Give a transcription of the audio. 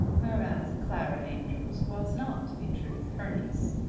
whereas clara amedroz was not, in truth, her niece.